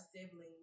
siblings